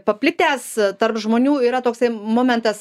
paplitęs tarp žmonių yra toksai momentas